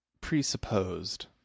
presupposed